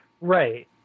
Right